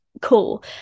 cool